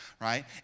right